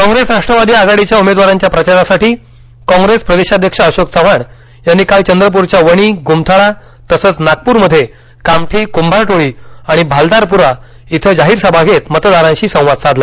काँग्रेस राष्ट्रवादी आघाडीच्या उमेदवारांच्या प्रचारासाठी कॉग्रेस प्रदेशाध्यक्ष अशोक चव्हाण यांनी काल चंद्रप्रच्या वणी ग्मथळा तसच नागप्रमध्ये कामठी क्ंभारटोळी आणि भालदारप्रा इथे जाहीर सभा घेत मतदाराशी संवाद साधला